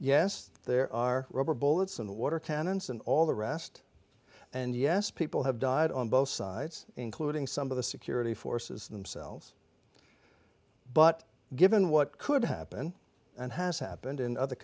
yes there are rubber bullets and water cannons and all the rest and yes people have died on both sides including some of the security forces themselves but given what could happen and has happened in other